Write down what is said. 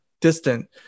distant